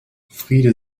friede